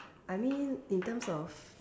I mean in terms of